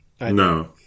No